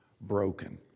broken